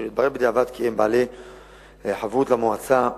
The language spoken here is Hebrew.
אך התברר בדיעבד כי הם בעלי חובות למועצה,